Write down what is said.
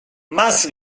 más